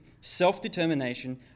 self-determination